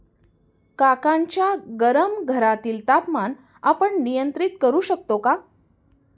काकांच्या गरम घरातील तापमान आपण नियंत्रित करु शकतो का?